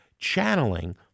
Channeling